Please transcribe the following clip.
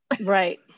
Right